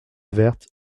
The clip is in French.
verte